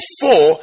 four